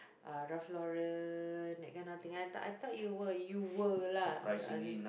uh Ralph-Lauren and that kind of thing I thought I thought you were you were lah uh nah